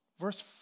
Verse